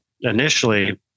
initially